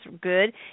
good